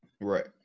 Right